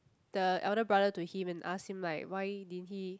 the elder brother to him and ask him like why didn't he